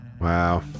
Wow